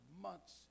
months